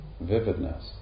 Vividness